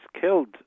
killed